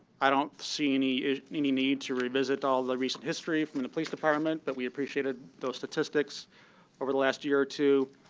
i don't see any any need to revisit all the recent history from the police department, but we appreciated those statistics over the last year or two.